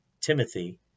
Timothy